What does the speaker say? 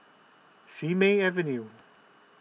Simei Avenue